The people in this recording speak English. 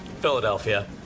Philadelphia